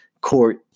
court